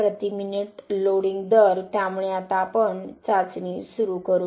प्रति minute loading दर त्यामुळे आता आपण चाचणी सुरू करू